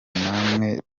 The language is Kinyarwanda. namwe